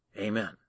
Amen